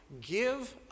give